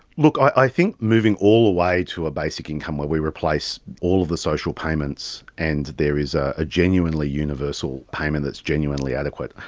look, i think moving all the ah way to a basic income where we replace all of the social payments and there is a ah genuinely universal payment that is genuinely adequate,